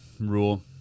rule